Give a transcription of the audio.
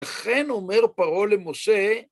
לכן אומר פרעה למשה